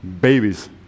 babies